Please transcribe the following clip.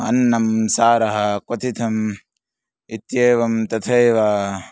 अन्नं सारः क्वतिथम् इत्येवं तथैव